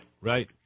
Right